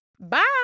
bye